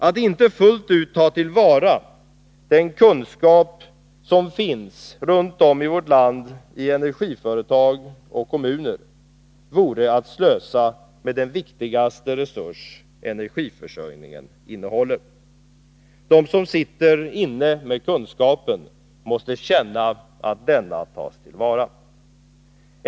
Att inte fullt ut ta vara på den kunskap som runt om i vårt land finns i energiföretag och kommuner vore att slösa med energiförsörjningens viktigaste resurs. De som sitter inne med kunskaper måste känna att dessa tas till vara.